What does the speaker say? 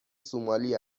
سومالی